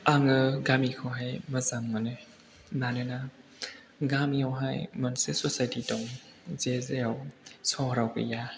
आङो गामिखौहाय मोजां मोनो मानोना गामियावहाय मोनसे ससायटि दङ जेराव सहराव गैया